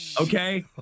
Okay